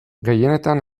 gehienetan